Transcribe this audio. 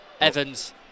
Evans